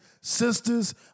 Sisters